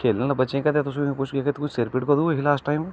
खेलने आहले बच्चे गी कदें तुस पुछगे तुई सिर पीड़ कदूं होई लास्ट टाइम